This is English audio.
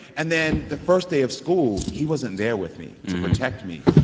and then the first day of school, he wasn't there with me to protect me.